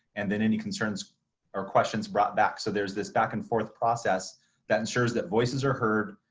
and then any concerns or questions brought back. so there's this back and forth process that ensures that voices are heard,